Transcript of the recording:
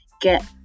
get